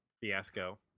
fiasco